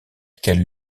qu’elle